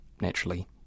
naturally